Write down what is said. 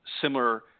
similar